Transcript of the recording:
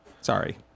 Sorry